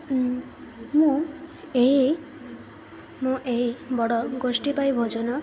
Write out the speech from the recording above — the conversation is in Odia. ମୁଁ ଏହି ମୁଁ ଏହି ବଡ଼ ଗୋଷ୍ଠୀ ପାଇଁ ଭୋଜନ